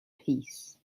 peace